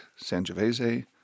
Sangiovese